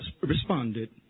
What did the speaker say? responded